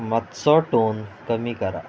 मातसो टोन कमी करा